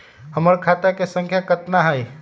हमर खाता के सांख्या कतना हई?